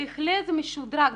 בהחלט משודרג.